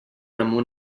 amb